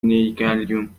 نیقلیون